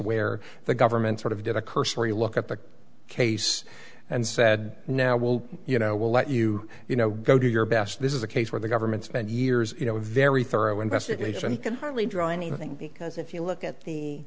where the government sort of did a cursory look at the case and said now will you know we'll let you you know go do your best this is a case where the government spend years you know a very thorough investigation can hardly draw anything because if you look at the